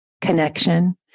connection